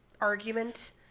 argument